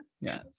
Yes